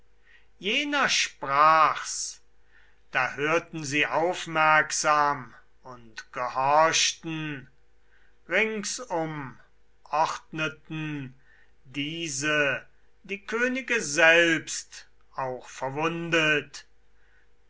jener sprach's da hörten sie aufmerksam und gehorchten ringsum ordneten diese die könige selbst auch verwundet